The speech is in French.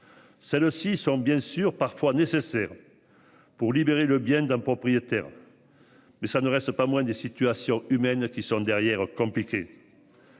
Celles-ci sont bien sûr parfois nécessaire. Pour libérer le bien d'un propriétaire. Mais ça ne reste pas moins des situations humaines qui sont derrière compliquer.